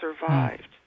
survived